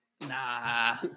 Nah